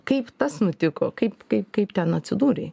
kaip tas nutiko kaip kaip kaip ten atsidūrei